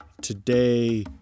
Today